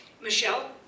Michelle